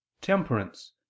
temperance